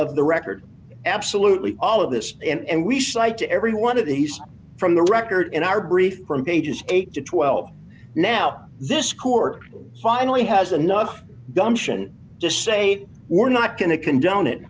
of the record absolutely all of this and we cite to every one of these from the record in our brief from ages eight to twelve now this court finally has enough gumption to say we're not going to condone it